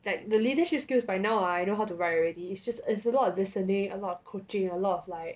like the leadership skills by now I know how to write already it's just it's a lot of listening a lot of coaching a lot of like